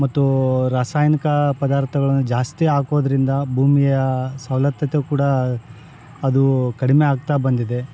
ಮತ್ತು ರಾಸಾಯನಿಕ ಪದಾರ್ಥಗಳನ್ನು ಜಾಸ್ತಿ ಹಾಕೋದ್ರಿಂದ ಭೂಮಿಯ ಫಲವತ್ತತೆ ಕೂಡ ಅದು ಕಡಿಮೆ ಆಗ್ತಾ ಬಂದಿದೆ